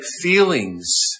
feelings